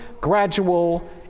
gradual